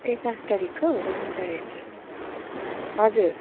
ए पाँच तारिकको हुन्छ हेर्छु ल हजुर